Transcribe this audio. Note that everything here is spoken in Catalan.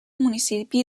municipi